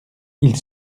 ils